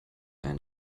ein